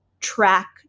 track